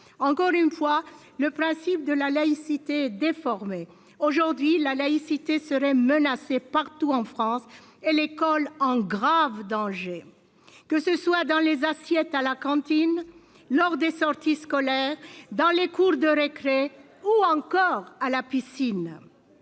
encore une fois le principe de la laïcité déformé aujourd'hui la laïcité seraient menacés partout en France et l'école en grave danger, que ce soit dans les assiettes à la cantine lors des sorties scolaires dans les cours de récré ou encore à la piscine.